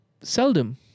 Seldom